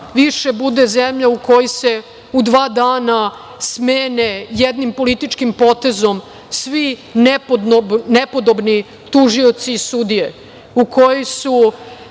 više bude zemlja u kojoj se u dva dana smene jednim političkim potezom svi nepodobni tužioci i sudije u koji je